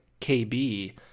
kb